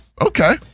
okay